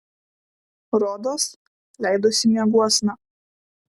rodos leidosi mieguosna